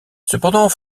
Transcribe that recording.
cependant